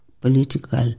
political